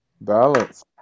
balance